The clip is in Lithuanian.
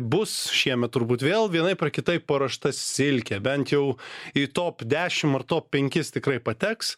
bus šiemet turbūt vėl vienaip ar kitaip paruošta silkė bent jau į top dešimt ar top penkis tikrai pateks